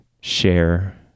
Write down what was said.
share